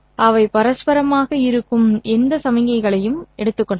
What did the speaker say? அவை பரஸ்பரமாக இருக்கும் எந்த சமிக்ஞைகளையும் நீங்கள் எடுக்கலாம்